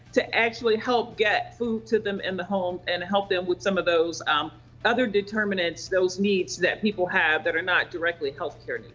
to actually help get food to them in the home and help them with some of those um other determinants, those needs that people have that are not directly health care needs.